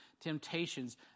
temptations